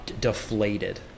deflated